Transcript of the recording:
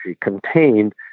contained